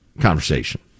conversation